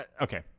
Okay